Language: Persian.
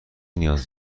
نیاز